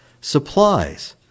supplies